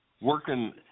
working